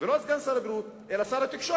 ולא את סגן שר הבריאות אלא את שר התקשורת.